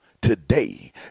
today